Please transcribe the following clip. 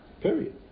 Period